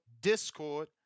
Discord